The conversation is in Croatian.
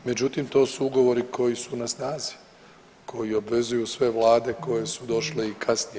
Međutim, to su ugovori koji su na snazi, koji obvezuju sve Vlade koje su došle i kasnije.